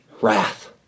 wrath